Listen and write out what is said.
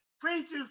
preacher's